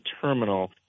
terminal